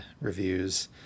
reviews